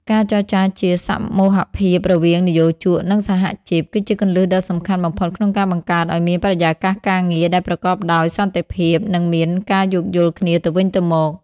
ការចរចាជាសមូហភាពរវាងនិយោជក និងសហជីព គឺជាគន្លឹះដ៏សំខាន់បំផុតក្នុងការបង្កើតឱ្យមានបរិយាកាសការងារដែលប្រកបដោយសន្តិភាព និងមានការយោគយល់គ្នាទៅវិញទៅមក។